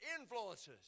influences